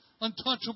untouchable